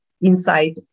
inside